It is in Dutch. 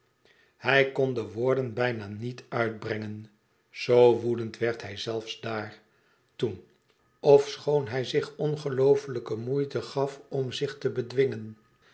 hij kon de woorden bijna niet uitbrengen zoo woedend werd hij zelfs daar toen ofechoon hij zich ongeloofèlijke moeite gaf om zich te bedwingen